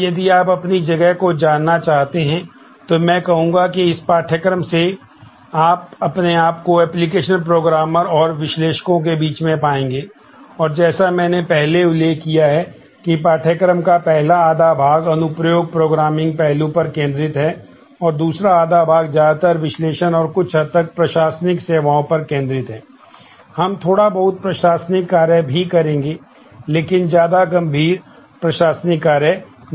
इसलिए यदि आप अपनी जगह को जानना चाहते हैं तो मैं कहूंगा कि इस पाठ्यक्रम से आप अपने आप को एप्लिकेशन प्रोग्रामर और विश्लेषकों के बीच में पाएंगे और जैसा मैंने पहले उल्लेख किया है कि पाठ्यक्रम का पहला आधा भाग एप्लिकेशन प्रोग्रामिंग पहलू पर केंद्रित है और दूसरा आधा भाग ज्यादातर विश्लेषण और कुछ कुछ हद तक प्रशासनिक सेवाओं पर केंद्रित होगा हम थोड़ा बहुत प्रशासनिक कार्य भी करेंगे लेकिन ज्यादा गंभीर प्रशासनिक कार्य नहीं